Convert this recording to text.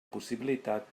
possibilitat